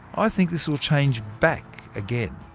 i think this will change back again.